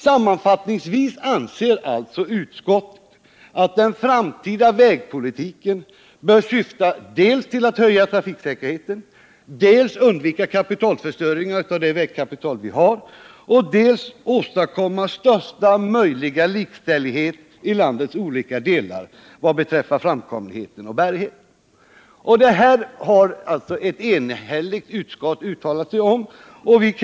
Sammanfattningsvis har ett enhälligt utskott uttalat sig för att den framtida vägpolitiken bör syfta dels till att höja trafiksäkerheten, dels till att undvika kapitalförstöringar för det vägkapital vi har, dels till att åstadkomma största möjliga likställighet i landets olika delar beträffande framkomligheten och bärigheten.